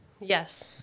Yes